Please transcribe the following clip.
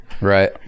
Right